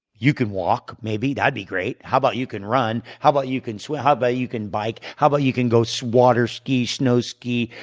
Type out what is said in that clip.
you can walk maybe. that would be great. how about you can run? how about you can swim? how about but you can bike? how about you can go so water ski, snow ski,